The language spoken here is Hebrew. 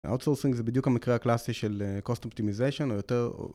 OutSourcing זה בדיוק המקרה הקלאסי של Cost Optimization